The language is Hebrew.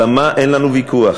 על ה"מה" אין לנו ויכוח.